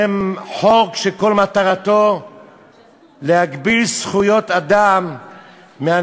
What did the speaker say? זה חוק שכל מטרתו להגביל זכויות אדם של